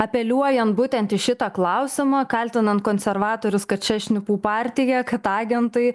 apeliuojan būtent į šitą klausimą kaltinant konservatorius kad čia šnipų partija kad agentai